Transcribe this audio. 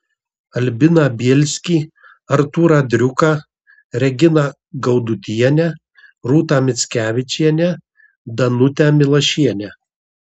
albiną bielskį artūrą driuką reginą gaudutienę rūtą mickevičienę danutę milašienę